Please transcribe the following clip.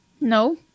No